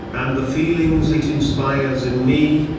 and the feelings it inspires in me,